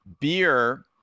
beer